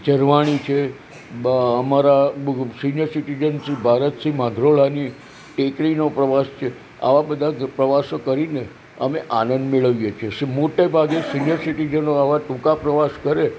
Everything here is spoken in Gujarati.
ઝરવાણી છે અમારા સિનિયર સીટીઝન શ્રી ભારતસિંહ માધરોડાની ટેકરીનો પ્રવાસ છે આવા બધા પ્રવાસો કરીને અમે આનંદ મેળવીએ છે મોટેભાગે સિનિયર સિટીઝનો આવા ટૂંકા પ્રવાસ કરે